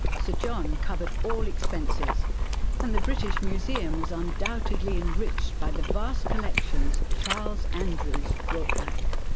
sir john covered all expenses and the british museum was undoubtedly enriched by the vast collections charles andrews brought back.